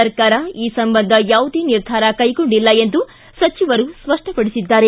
ಸರ್ಕಾರ ಈ ಸಂಬಂಧ ಯಾವುದೇ ನಿರ್ಧಾರ ಕೈಗೊಂಡಿಲ್ಲ ಎಂದು ಸಚಿವರು ಸ್ಪಷ್ಟಪಡಿಸಿದ್ದಾರೆ